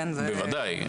בוודאי.